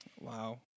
Wow